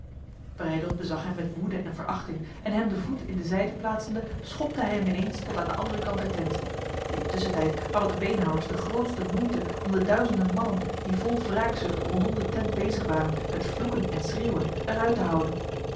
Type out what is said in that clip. breydel bezag hem met woede en verachting en hem de voet in de zijde plaatsende schopte hij hem ineens tot aan de andere kant der tent intussentijd hadden de beenhouwers de grootste moeite om de duizenden mannen die vol wraakzucht rondom de tent bezig waren met vloeken en schreeuwen eruit te houden